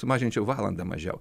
sumažinčiau valandą mažiau